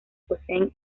poseen